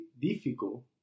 difficult